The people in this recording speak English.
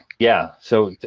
yeah. so